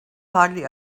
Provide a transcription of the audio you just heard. hardly